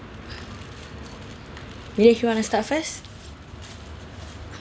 vinesh you wanna start first